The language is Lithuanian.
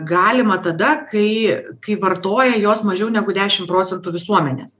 galima tada kai kai vartoja jos mažiau negu dešim procentų visuomenės